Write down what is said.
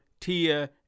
Tia